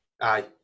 aye